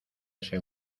ese